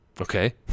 Okay